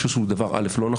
אני חושב שהוא דבר לא נכון,